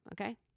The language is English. Okay